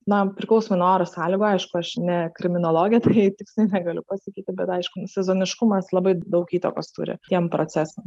na priklausomai nuo oro sąlygų aišku aš ne kriminologė jei tiksliai negaliu pasakyti bet aišku nu sezoniškumas labai daug įtakos turi tiem procesam